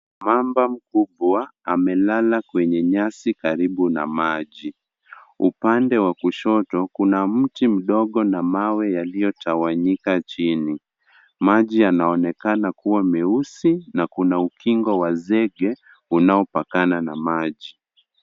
Mamba mkubwa, amelala kwenye nyasi karibu na maji. Upande wa kushoto kuna mti mdogo na mawe yaliyotawanyika chini. Maji yanaonekana kuwa meusi na kuna ukingo wa zege, unaopakana na maji.